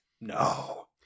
No